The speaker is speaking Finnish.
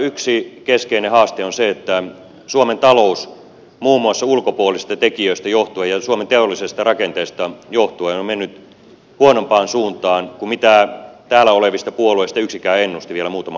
yksi keskeinen haaste on se että suomen talous muun muassa ulkopuolisista tekijöistä johtuen ja suomen teollisesta rakenteesta johtuen on mennyt huonompaan suuntaan kuin mitä täällä olevista puolueista yksikään ennusti vielä muutama vuosi sitten